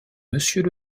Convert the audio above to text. monsieur